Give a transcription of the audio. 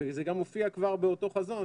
וזה גם מופיע באותו חזון,